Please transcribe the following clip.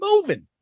moving